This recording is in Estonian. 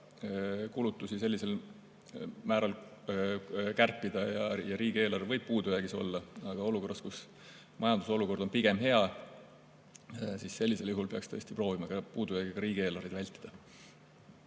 saa kulutusi sellisel määral kärpida ja riigieelarve võib puudujäägis olla. Aga olukorras, kus majanduse olukord on pigem hea, peaks tõesti proovima puudujäägiga riigieelarveid vältida.